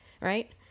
right